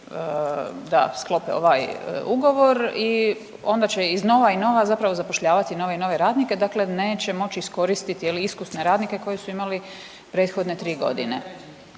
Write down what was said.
da sklope ovaj ugovor. I onda će iz nova i nova zapravo zapošljavati nove i nove radnike. Dakle, neće moći iskoristiti je li iskusne radnike koje su imali prethodne tri godine.